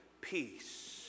peace